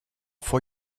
vor